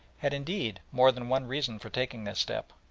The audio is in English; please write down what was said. had indeed more than one reason for taking this step,